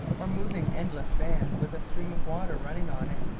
or moving endless band with a stream of water running on it,